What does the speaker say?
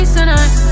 tonight